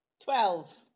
Twelve